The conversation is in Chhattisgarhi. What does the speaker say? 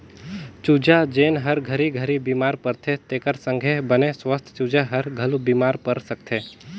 चूजा जेन हर घरी घरी बेमार परथे तेखर संघे बने सुवस्थ चूजा हर घलो बेमार पर सकथे